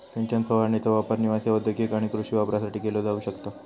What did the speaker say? सिंचन फवारणीचो वापर निवासी, औद्योगिक आणि कृषी वापरासाठी केलो जाऊ शकता